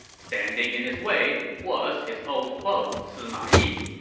standing in his way was his old foe, sima yi.